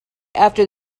after